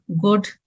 good